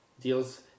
deals